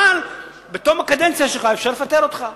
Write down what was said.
אבל בתום הקדנציה שלך אפשר לפטר אותך.